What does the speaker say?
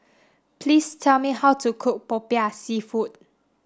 please tell me how to cook popiah seafood